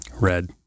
Red